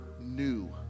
new